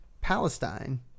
Palestine